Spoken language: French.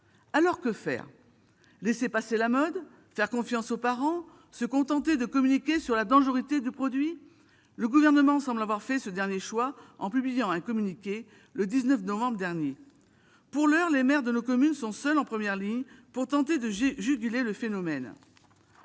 ans. Que faire ? Laisser passer la mode ? Faire confiance aux parents ? Se contenter de communiquer sur la dangerosité du produit ? Le Gouvernement semble avoir fait ce dernier choix, en publiant un communiqué le 19 novembre dernier. Pour l'heure, les maires de nos communes sont seuls en première ligne pour tenter de juguler le phénomène.